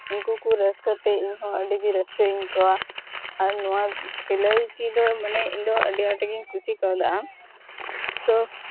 ᱩᱱᱠᱩ ᱠᱚ ᱨᱟᱹᱥᱠᱟᱹᱜ ᱛᱮ ᱤᱧᱦᱚᱸ ᱟᱹᱰᱤᱜᱮ ᱨᱟᱹᱥᱠᱟᱹᱧ ᱟᱹᱭᱠᱟᱹᱣᱟ ᱟᱨ ᱱᱚᱣᱟ ᱥᱤᱞᱟᱭ ᱛᱮᱫᱚ ᱢᱟᱱᱮ ᱤᱧᱫᱚ ᱟᱹᱰᱤ ᱟᱸᱴ ᱜᱮᱧ ᱠᱩᱥᱤ ᱠᱟᱣᱫᱟ ᱟᱢ ᱛᱚ